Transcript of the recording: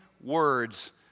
words